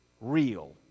real